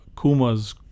Kuma's